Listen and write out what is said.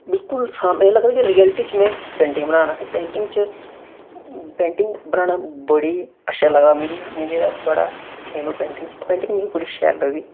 बिल्कुल सामनै लगदा इ'या रियलटी च में पेंटिंग बनान्ना आं पेंटिंग च पेंटिंग बनाना बड़ी अच्छा लगदा मिगी मिगी बड़ा एम ऐ पेंटिग च पेंटिंग मिगी बड़ी शैल लगदी